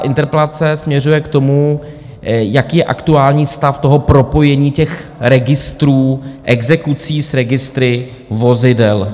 Interpelace směřuje k tomu, jaký je aktuální stav toho propojení těch registrů exekucí s registry vozidel.